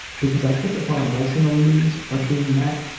because i think if our emotional needs are being met,